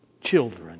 children